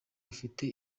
ufite